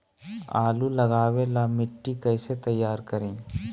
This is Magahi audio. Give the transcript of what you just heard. आलु लगावे ला मिट्टी कैसे तैयार करी?